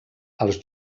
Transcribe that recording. als